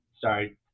sorry